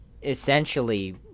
essentially